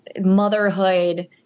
motherhood